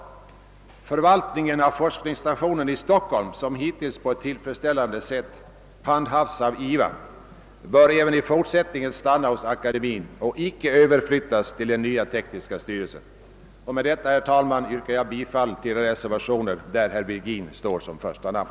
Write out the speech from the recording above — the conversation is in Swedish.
Förvaltningen av forskningsstationen i Stock holm, som hittills på ett tillfredsställande sätt handhafts av IVA, bör även i fortsättningen stanna hos akademin och icke överflyttas till den nya tekniska styrelsen. Med det sagda yrkar jag, herr talman, bifall till de reservationer där herr Virgin står som första namn.